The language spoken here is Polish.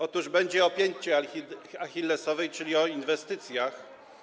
Otóż będzie o pięcie achillesowej, czyli o inwestycjach.